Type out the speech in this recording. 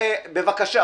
בבקשה.